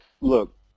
look